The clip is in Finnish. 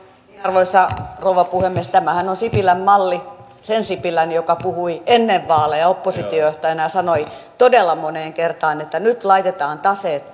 arvoisa rouva puhemies tämähän on sipilän malli sen sipilän joka puhui ennen vaaleja oppositiojohtajana ja sanoi todella moneen kertaan että nyt laitetaan taseet